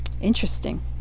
Interesting